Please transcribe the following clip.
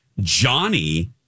Johnny